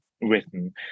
written